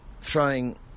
throwing